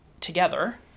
together